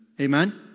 Amen